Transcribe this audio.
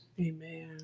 amen